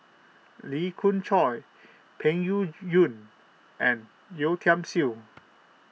Lee Khoon Choy Peng Yuyun and Yeo Tiam Siew